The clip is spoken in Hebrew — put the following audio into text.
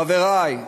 חברי,